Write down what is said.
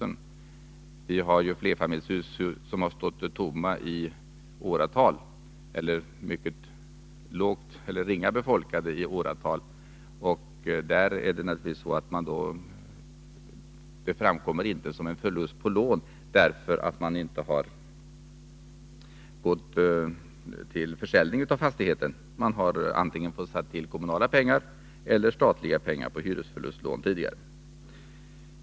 Det finns ju flerfamiljshus som har stått tomma eller varit mycket ringa befolkade i åratal. Detta framkommer inte som en förlust på lån, därför att det har inte gått så långt som till försäljning av fastigheten. Man har fått ta till antingen kommunala pengar eller statliga pengar i form av hyresförlustlån tidigare.